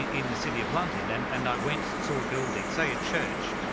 in the city of london and and i went to a building, say a church,